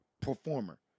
performer